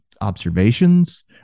observations